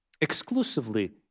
exclusively